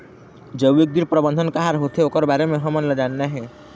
जैविक कीट प्रबंधन का हर होथे ओकर बारे मे हमन ला जानना हे?